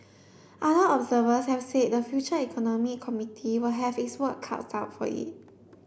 other observers have said the Future Economy Committee will have its work cuts out for it